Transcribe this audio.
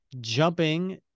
jumping